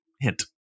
hint